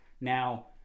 now